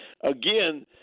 again